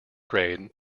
grade